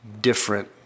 different